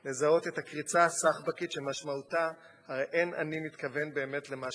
לזהות את הקריצה הסחבקית שמשמעותה: הרי אין אני מתכוון באמת למה שאמרתי.